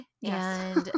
Yes